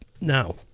Now